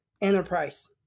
enterprise